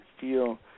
feel